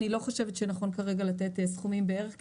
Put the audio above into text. אני לא חושבת שנכון כרגע לתת סכומים בערך,